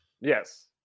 Yes